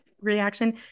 reaction